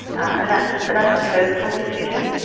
and that's that's a personal decision,